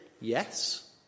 Yes